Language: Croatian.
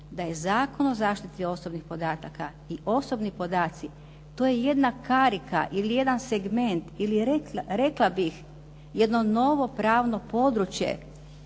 da je Zakon o zaštiti osobnih podataka i osobni podaci, to je jedna karika ili jedan segment ili rekla bih jedno novo pravno područje